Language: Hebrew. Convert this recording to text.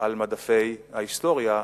על מדפי ההיסטוריה,